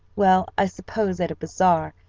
well, i suppose at a bazaar,